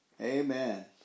Amen